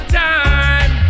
time